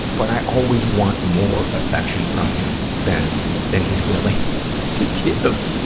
but i always want more affection from him than than he's willing to give.